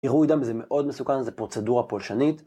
עירוי דם זה מאוד מסוכן, זה פרוצדורה פולשנית.